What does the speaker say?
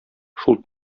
шул